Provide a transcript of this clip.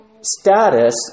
status